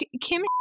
Kim